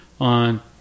on